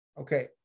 Okay